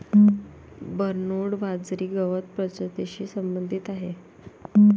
Bernard बाजरी गवत प्रजातीशी संबंधित आहे